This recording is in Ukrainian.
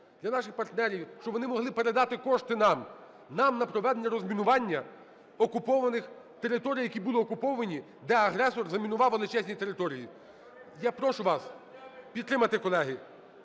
для наших партнерів, щоб вони могли передати кошти нам, нам на проведення розмінування окупованих територій, які були окуповані, де агресор замінував величезні території. Я прошу вас підтримати, колеги.